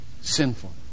sinful